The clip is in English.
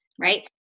right